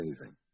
amazing